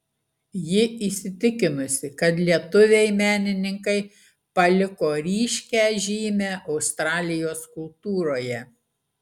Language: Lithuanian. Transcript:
ji įsitikinusi kad lietuviai menininkai paliko ryškią žymę australijos kultūroje